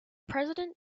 president